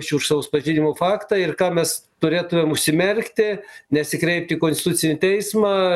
šiurkštaus pažeidimo faktą ir ką mes turėtumėm užsimerkti nesikreipti į konstitucinį teismą